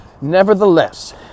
Nevertheless